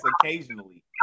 occasionally